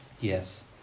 Yes